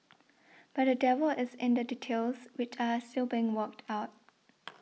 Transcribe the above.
but the devil is in the details which are still being worked out